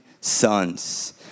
sons